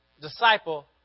disciple